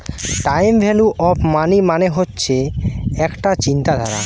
time value of money মানে হচ্ছে একটা চিন্তাধারা